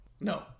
no